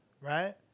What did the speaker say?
Right